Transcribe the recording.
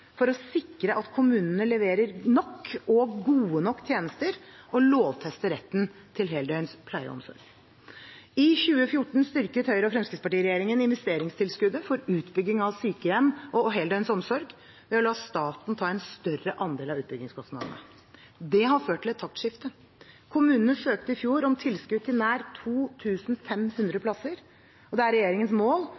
for å sikre at kommunene leverer nok og gode nok tjenester og lovfeste retten til heldøgns pleie og omsorg. I 2014 styrket Høyre–Fremskrittsparti-regjeringen investeringstilskuddet for utbygging av sykehjem og heldøgns omsorg ved å la staten ta en større andel av utbyggingskostnadene. Det har ført til et taktskifte. Kommunene søkte i fjor om tilskudd til nær 2 500 plasser, og det er regjeringens mål